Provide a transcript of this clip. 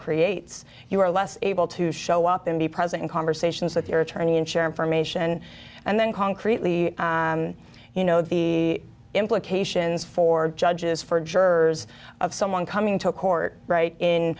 creates you are less able to show up and be present in conversations with your attorney and share information and then concretely you know the implications for judges for jurors of someone coming to a court right